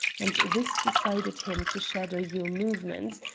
and this decided him to shadow your movements,